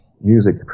music